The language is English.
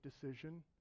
decision